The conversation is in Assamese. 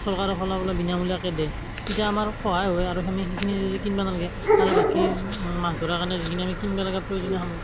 চৰকাৰৰ ফালৰপৰা বিনামূলীয়াকৈ দিয়ে তেতিয়া আমাৰ সহায় হয় আৰু সেনে সেইখিনি যদি কিনবা নালগে আৰু বাকী মাছ ধৰাৰ কাৰণে যিখিনি আমি কিনবা লগা প্ৰয়োজনীয় সামগ্ৰী